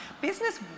Business